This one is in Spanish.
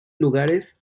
lugares